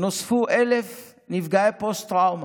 נוספו 1,000 נפגעי פוסט-טראומה,